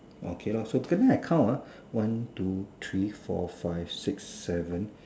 okay lor circle then I count ah one two three four five six seven